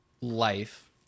life